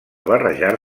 barrejar